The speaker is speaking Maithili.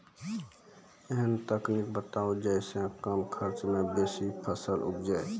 ऐहन तकनीक बताऊ जै सऽ कम खर्च मे बेसी फसल उपजे?